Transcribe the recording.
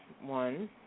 one